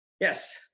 yes